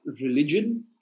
religion